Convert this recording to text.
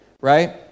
right